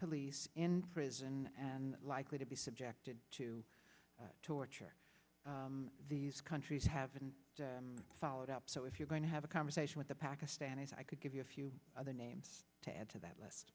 police in prison and likely to be subjected to torture these countries have been followed up so if you're going to have a conversation with the pakistanis i could give you a few other names to add to that l